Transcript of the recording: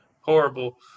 Horrible